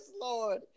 Lord